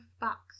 box